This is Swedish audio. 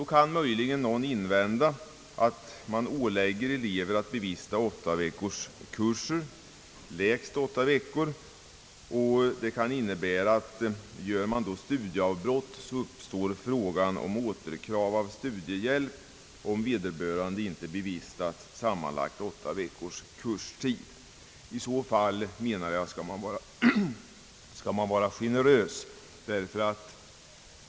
Då kan möjligen någon invända, att man ålägger elever att bevista kurser på sammanlagt lägst 8 veckor och att fråga uppstår om återkrav av studiehjälp, om eleven gör studieavbrott. I så fall skall man vara generös, enligt min mening, om vederbörande inte har en sammanlagd kurstid på 8 veckor.